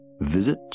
Visit